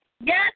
Yes